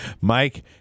Mike